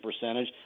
percentage